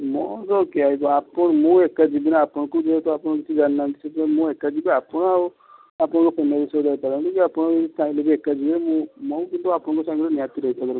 ମୋର କିଏ ଆଉ ଯିବ ମୁଁ ଏକା ଯିବି ନା ଆପଣଙ୍କୁ ଯେହେତୁ ଆପଣ କିଛି ଜାଣିନାହାନ୍ତି ସେଥିପାଇଁ ମୁଁ ଏକା ଯିବି ଆପଣ ଆଉ ଆପଣଙ୍କ ଫେମିଲି ସହିତ ଯାଇପାରନ୍ତି କି ଆପଣ ଚାହିଁଲେ ବି ଏକା ଯିବେ ମୁଁ ମୁଁ କିନ୍ତୁ ଆପଣଙ୍କ ସାଙ୍ଗରେ ନିହାତି ରହିବା